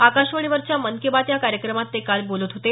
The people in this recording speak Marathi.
आकाशवाणीवरच्या मन की बात या कार्यक्रमात ते काल बोलत होते